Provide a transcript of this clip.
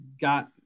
got